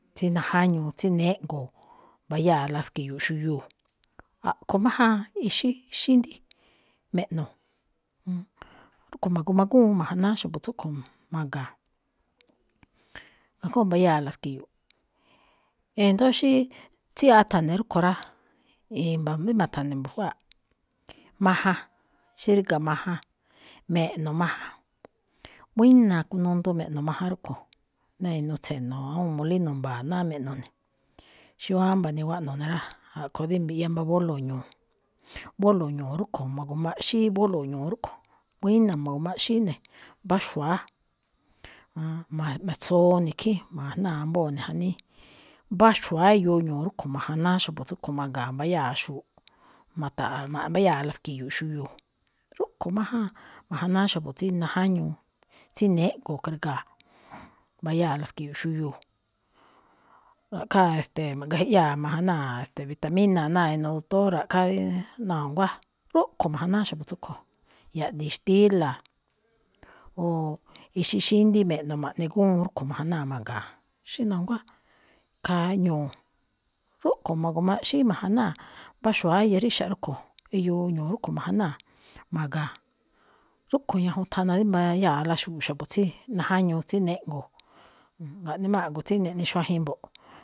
Tsí najáñuu tsí néꞌngo̱o̱ mba̱yáa la ski̱yu̱u̱ꞌ xuyuu̱, a̱ꞌkho̱ májáan ixí xíndí, me̱ꞌno̱. Rúkho̱ ma̱gu̱ma gúwuun ma̱janáá xa̱bo̱ tsúꞌkho̱, ma̱ga̱a̱n, kajngó mbayáa̱ la ski̱yu̱u̱ꞌ. E̱ndo̱ó xí tsíyaaꞌ átha̱ne̱ rúkho̱ rá, i̱mba̱ rí ma̱tha̱ne̱ mbu̱jwáaꞌ, majan, xí ríga̱ majan. Me̱ꞌno̱ majan, buína̱ kunundu me̱ꞌno majan rúꞌkho̱ ná inuu tse̱no̱, awúun molino mba̱a̱ ná neno̱ ne̱. Xí wámba̱ niwaꞌno̱ ne̱ rá, a̱ꞌkho̱ rí mbi̱ꞌyá mbá bólo̱o̱ ñu̱u̱, bólo̱o̱ ñu̱u̱ rúꞌkho̱ ma̱gu̱ma ꞌxí bólo̱o̱ ñu̱u̱ rúꞌkho̱, buína̱ ma̱gu̱ma ꞌxí ne̱, mbá xu̱wa̱á ma̱tsowoo ne̱ khín, ma̱ga̱jnáa ambóo ne̱ janíí. Mbá xu̱wa̱á eyoo ñu̱u̱ rúꞌkho̱ ma̱janáá xa̱bo̱ tsúꞌkho̱ ma̱ga̱a̱n mbayáa xu̱u̱ꞌ, ma̱ta̱ꞌa̱a mbayáa la ski̱yu̱u̱ꞌ xuyuu̱. Rúꞌkho̱ májáan, ma̱janáá xa̱bo̱ tsí najáñuu tsí néꞌngo̱o̱ kri̱ga̱a̱, mbayáa la ski̱yu̱u̱ꞌ xuyuu̱. Ra̱ꞌkháa ma̱gajiꞌyáa̱ ma̱janáa̱, ste̱e̱, vitamina náa inuu doctor, ra̱ꞌkháa rí, na̱nguá. Rúꞌkho̱ ma̱janáá xa̱bo̱ tsúꞌkho̱, yaꞌdiin xtíla̱, o ixí xíndi me̱ꞌno̱ ma̱ꞌne gúwuun rúꞌkho̱ ma̱janáa̱ ma̱ga̱a̱n. Xí na̱nguá, khaa ñu̱u̱, rúꞌkho̱ ma̱gu̱ma ꞌxí ma̱janáa̱, mbá xu̱wa̱á iyaríxa̱ꞌ rúꞌkho̱, iyoo ñu̱u̱ rúꞌkho̱ ma̱janáa̱ ma̱ga̱a̱n, rúꞌkho̱ ñajuun thana rí mbayáa la xu̱u̱ꞌ xa̱bo̱ tsí najáñuu, tsí néꞌngo̱o̱. Ga̱ꞌne má a̱ꞌgo̱ tsi neꞌne xuajen mbo̱ꞌ.